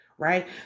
Right